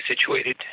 situated